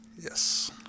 Yes